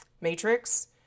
matrix